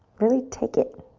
really take it